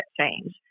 change